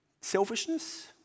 Selfishness